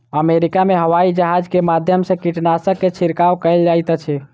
America में हवाईजहाज के माध्यम से कीटनाशक के छिड़काव कयल जाइत अछि